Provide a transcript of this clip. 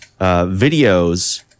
videos